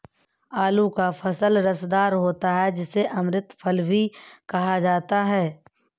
आलू का फल रसदार होता है जिसे अमृत फल भी कहा जाता है